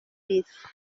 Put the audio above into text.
bisi